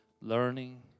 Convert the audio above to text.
Learning